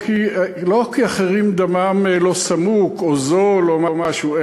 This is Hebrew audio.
לא כי אחרים דמם לא סמוק או זול או משהו,